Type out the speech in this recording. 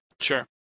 Sure